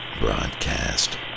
broadcast